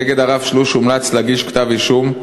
נגד הרב שלוש הומלץ להגיש כתב אישום,